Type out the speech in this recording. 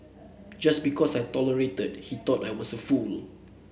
just because I tolerated he thought I was a fool